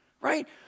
right